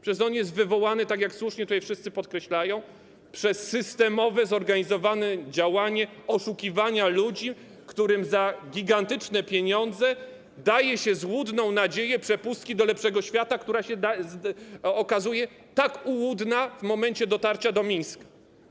Przecież on jest wywołany, jak słusznie tutaj wszyscy podkreślają, przez systemowe, zorganizowane działanie oszukiwania ludzi, którym za gigantyczne pieniądze daje się złudną nadzieję przepustki do lepszego świata, która okazuje się tak ułudna w momencie dotarcia do Mińska.